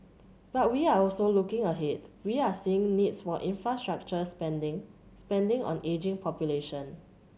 but we are also looking ahead we are seeing needs for infrastructure spending spending on ageing population